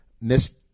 miss